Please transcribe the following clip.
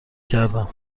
کردم